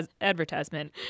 advertisement